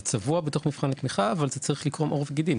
זה צבוע בתוך מבחן התמיכה אבל זה צריך לקרום עור וגידים,